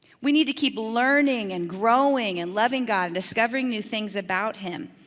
we need to keep learning and growing and loving god and discovering new things about him.